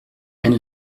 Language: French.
elle